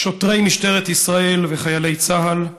שוטרי משטרת ישראל וחיילי צה"ל,